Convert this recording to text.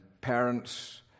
parents